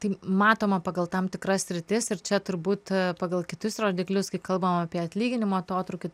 tai matoma pagal tam tikras sritis ir čia turbūt pagal kitus rodiklius kai kalbam apie atlyginimo atotrūkį